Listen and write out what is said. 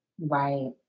Right